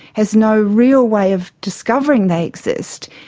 has no real way of discovering they exist,